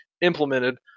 implemented